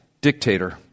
dictator